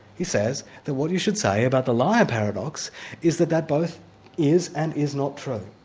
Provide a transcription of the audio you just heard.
he says that what you should say about the liar paradox is that that both is and is not true,